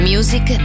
Music